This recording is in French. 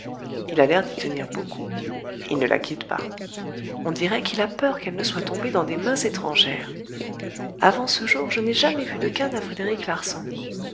il a l'air d'y tenir beaucoup il ne la quitte pas on dirait qu'il a peur qu'elle ne soit tombée dans des mains étrangères avant ce jour je n'ai jamais vu de